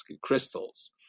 crystals